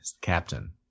captain